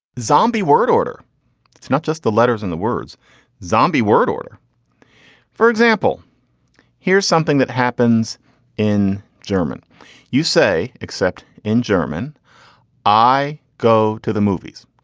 zombie word order it's not just the letters in the words zombie word order for example here's something that happens in german you say except in german i go to the movies.